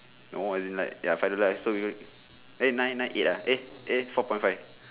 no as in like ya five dollar so we would eh nine nine eight ah eh eh four point five